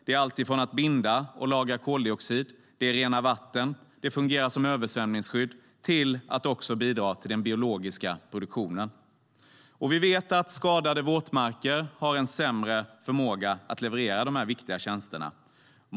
Det handlar till exempel om att binda och lagra koldioxid, att rena vatten och att fungera som översvämningsskydd. De bidrar också till den biologiska produktionen. Vi vet att skadade våtmarker har en sämre förmåga att leverera de här viktiga tjänsterna.